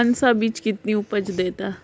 कौन सा बीज कितनी उपज देता है?